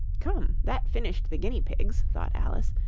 come, that finished the guinea-pigs thought alice.